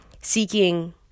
seeking